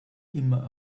immer